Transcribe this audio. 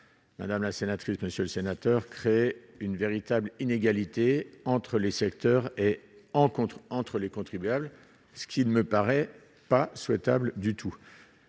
Madame la sénatrice Monsieur le Sénateur, créer une véritable inégalité entre les secteurs et en contres entre les contribuables, ce qui ne me paraît pas souhaitable du tout,